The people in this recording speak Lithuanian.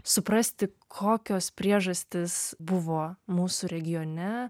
suprasti kokios priežastys buvo mūsų regione